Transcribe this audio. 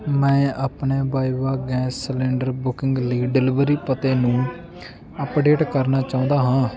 ਮੈਂ ਆਪਣੇ ਵਾਈਵਾ ਗੈਸ ਸਿਲੰਡਰ ਬੁਕਿੰਗ ਲਈ ਡਿਲਿਵਰੀ ਪਤੇ ਨੂੰ ਅਪਡੇਟ ਕਰਨਾ ਚਾਹੁੰਦਾ ਹਾਂ